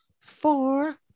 four